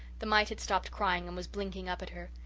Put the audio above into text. the mite had stopped crying and was blinking up at her.